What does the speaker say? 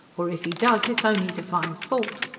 h'or if e does, it's on'y to find fault.